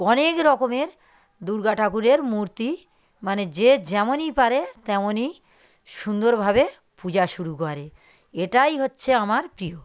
অনেক রকমের দুর্গা ঠাকুরের মূর্তি মানে যে যেমনই পারে তেমনই সুন্দরভাবে পূজা শুরু করে এটাই হচ্ছে আমার প্রিয়